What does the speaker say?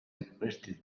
requested